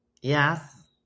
Yes